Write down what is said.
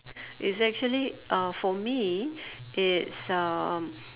it's actually uh for me it's um